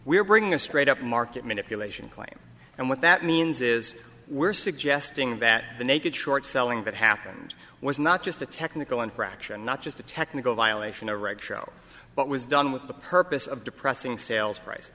we're bringing a straight up market manipulation claim and what that means is we're suggesting that the naked short selling that happened was not just a technical infraction not just a tech violation a retro but was done with the purpose of depressing sales price